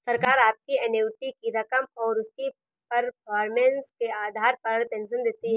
सरकार आपकी एन्युटी की रकम और उसकी परफॉर्मेंस के आधार पर पेंशन देती है